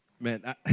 man